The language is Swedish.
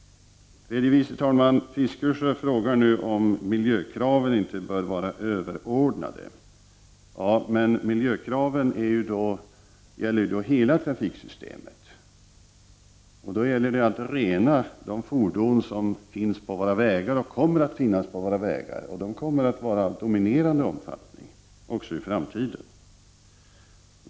Tredje vice talman Fiskesjö frågar nu om miljökraven inte är överordnade. Jo, men miljökraven gäller hela trafiksystemet, och då gäller det att rena de fordon som finns och som kommer att finnas på våra vägar. Den trafiken kommer att vara av dominerande omfattning också i framtiden.